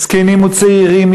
זקנים וצעירים.